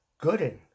Gooden